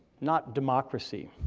not democracy.